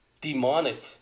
demonic